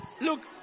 Look